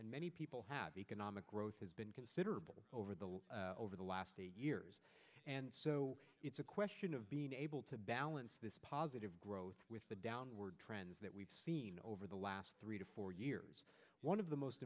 and many people have economic growth has been considerable over the over the last years it's a question of being able to balance positive growth with the downward trends that we've seen over the last three to four years one of the most